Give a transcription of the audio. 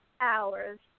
hours